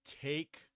take